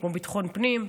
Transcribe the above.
כמו ביטחון פנים,